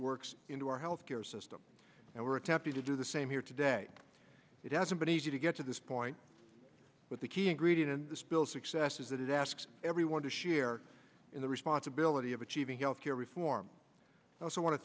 works into our health care system and we're attempting to do the same here today it hasn't been easy to get to this point but the key ingredient in this bill success is that it asks everyone to share in the responsibility of achieving health care reform i also want to